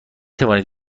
توانید